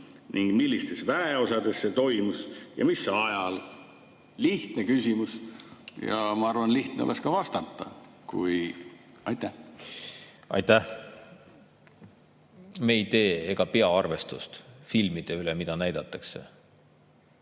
ning millistes väeosades see toimus ja mis ajal? Lihtne küsimus. Ja ma arvan, et lihtne on ka vastata. Aitäh! Me ei pea arvestust filmide üle, mida näidatakse.